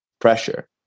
pressure